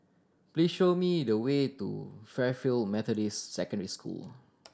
please show me the way to Fairfield Methodist Secondary School